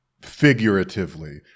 figuratively